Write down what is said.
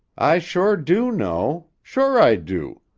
i sure do know. sure i do.